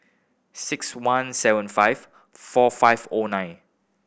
six one seven five four five O nine